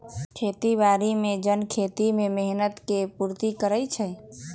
खेती बाड़ी के जन खेती में मेहनत के पूर्ति करइ छइ